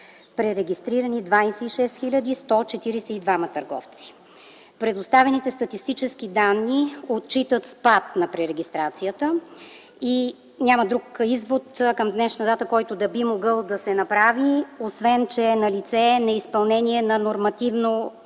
пререгистрирани 26 142 търговци. Предоставените статистически данни отчитат спад на пререгистрацията. Няма друг извод към днешна дата, който да би могъл да се направи, освен че е налице неизпълнение на нормативно